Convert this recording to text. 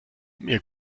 mir